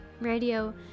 Radio